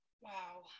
Wow